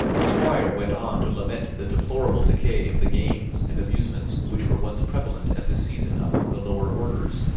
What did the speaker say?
the squire went on to lament the deplorable decay of the games and amusements which were once prevalent at this season among the lower orders,